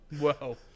whoa